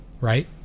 right